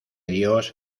dios